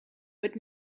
but